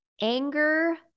anger